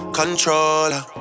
controller